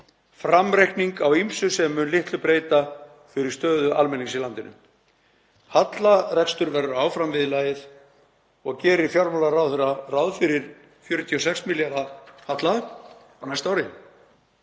framreikning á ýmsu sem mun litlu breyta fyrir stöðu almennings í landinu. Hallarekstur verður áfram viðlagið og gerir fjármálaráðherra ráð fyrir 46 milljarða halla á næsta ári,